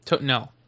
No